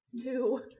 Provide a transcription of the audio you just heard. two